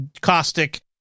caustic